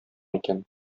икән